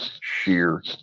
sheer